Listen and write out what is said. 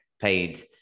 paid